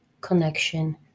connection